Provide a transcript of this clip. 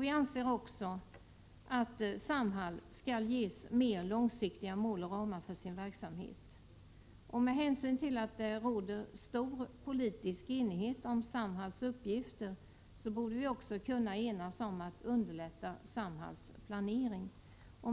Vi anser också att Samhall skall ges mer långsiktiga mål och ramar för sin verksamhet. Med hänsyn till att det råder stor politisk enighet om Samhalls uppgifter borde vi också kunna enas om att underlätta Samhalls planering.